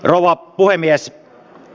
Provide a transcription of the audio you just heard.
rouva puhemies